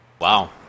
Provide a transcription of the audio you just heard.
Wow